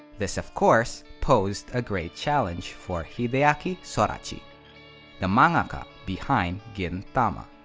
this of course posed a great challenge for hideaki sorachi the mangaka behind gintama.